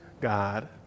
God